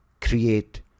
create